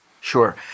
Sure